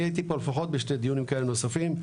אני הייתי פה לפחות בשני דיונים כאלה נוספים.